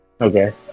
Okay